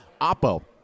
oppo